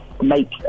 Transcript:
make